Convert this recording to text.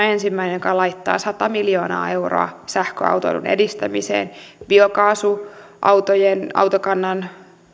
ensimmäinen joka laittaa sata miljoonaa euroa sähköautoilun edistämiseen biokaasuautojen autokannan